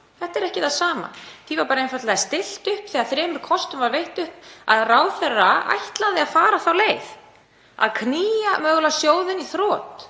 Þetta er ekki það sama. Það var einfaldlega sett þannig upp, þegar þremur kostum var stillt upp, að ráðherra ætlaði að fara þá leið að knýja mögulega sjóðinn í þrot